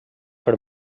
per